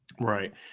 Right